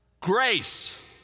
Grace